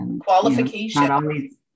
Qualification